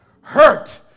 hurt